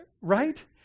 Right